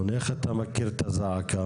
יש בו לא מעט התניות.